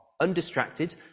undistracted